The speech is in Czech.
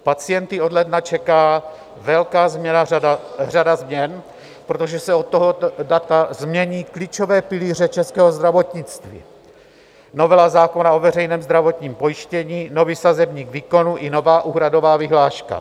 Pacienty od ledna čeká velká řada změn, protože se od tohoto data změní klíčové pilíře českého zdravotnictví: novela zákona o veřejném zdravotním pojištění, nový sazebník výkonů i nová úhradová vyhláška.